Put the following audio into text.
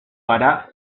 gara